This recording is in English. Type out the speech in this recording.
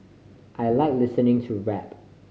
I like listening to rap